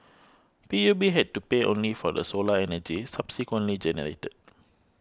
P U B had to pay only for the solar energy subsequently generated